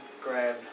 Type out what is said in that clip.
grab